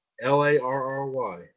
L-A-R-R-Y